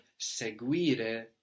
seguire